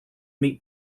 meet